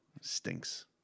stinks